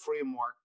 framework